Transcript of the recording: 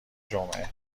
جمعه